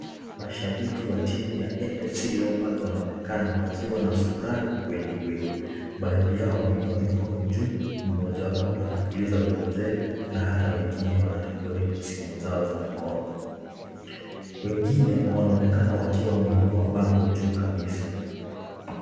Mashabiki wa timu ya AFC LEOPARD wanaonekana wakiwa na furaha kwelikweli. Baadhi nyao wameinua mikono juu na mmoja wao anapuliza vuvuzela na hata wengine wanarekodi kwa simu zao za mkono. Wengine wanaonekana wakiwa wameinua bango juu kabisa.